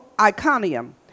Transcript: Iconium